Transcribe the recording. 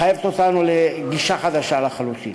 מחייבים אותנו לגישה חדשה לחלוטין.